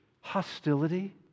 hostility